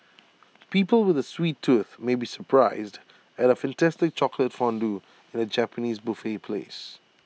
people with A sweet tooth may be surprised at A fantastic chocolate fondue in A Japanese buffet place